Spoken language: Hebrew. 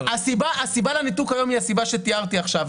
הסיבה לניתוק היום היא הסיבה שתיארתי עכשיו.